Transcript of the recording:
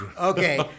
okay